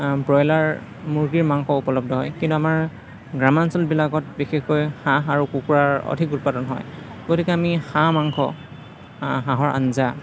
broiler মুৰ্গীৰ মাংস উপলব্ধ হয় কিন্তু আমাৰ গ্ৰাম্যাঞ্চল বিলাকত বিশেষকৈ হাঁহ আৰু কুকুৰাৰ অধিক উৎপাদন হয় গতিকে আমি হাঁহ মাংস হাঁহৰ আঞ্জা